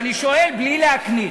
ואני שואל בלי להקניט: